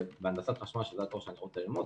בהנדסת חשמל שזה התואר שאני רוצה ללמוד,